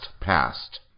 Past